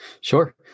Sure